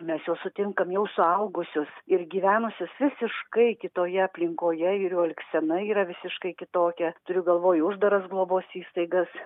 mes juos sutinkam jau suaugusius ir gyvenusius visiškai kitoje aplinkoje ir jų elgsena yra visiškai kitokia turiu galvoj uždaras globos įstaigas